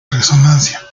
resonancia